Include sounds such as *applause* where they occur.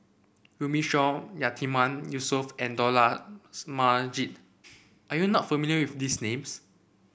Runme Shaw Yatiman Yusof and Dollah *unintelligible* Majid are you not familiar with these names